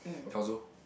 although